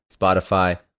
Spotify